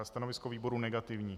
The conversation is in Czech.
Stanovisko výboru negativní.